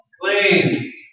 clean